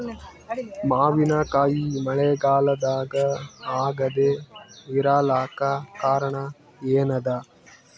ಮಾವಿನಕಾಯಿ ಮಳಿಗಾಲದಾಗ ಆಗದೆ ಇರಲಾಕ ಕಾರಣ ಏನದ?